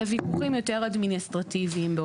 (היו"ר חנוך דב מלביצקי) אלא ויכוחים יותר אדמיניסטרטיביים באופיים.